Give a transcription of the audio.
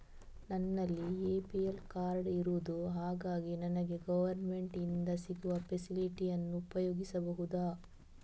ನನ್ನಲ್ಲಿ APL card ಇರುದು ಹಾಗಾಗಿ ನನಗೆ ಗವರ್ನಮೆಂಟ್ ಇಂದ ಸಿಗುವ ಫೆಸಿಲಿಟಿ ಅನ್ನು ಉಪಯೋಗಿಸಬಹುದಾ?